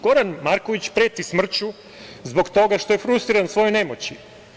Goran Marković preti smrću zbog toga što je frustriran svojom nemoći.